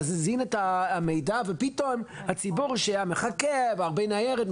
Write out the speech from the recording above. להזין את המידע ופתאום הציבור שהיה מחכה והרבה ניירת,